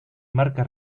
marca